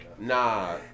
Nah